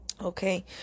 Okay